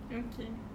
okay